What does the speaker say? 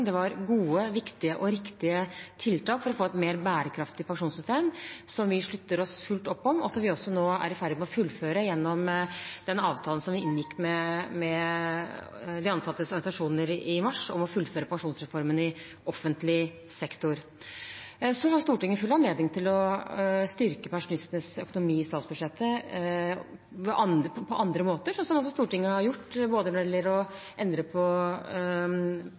Det var gode, viktige og riktige tiltak for å få et mer bærekraftig pensjonssystem, som vi slutter fullt opp om, og som vi nå er i ferd med å fullføre gjennom den avtalen som vi inngikk med de ansattes organisasjoner i mars, om å fullføre pensjonsreformen i offentlig sektor. Stortinget har full anledning til å styrke pensjonistenes økonomi på andre måter i statsbudsjettet, noe Stortinget også har gjort, både når det gjelder å endre